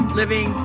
living